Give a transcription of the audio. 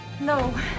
No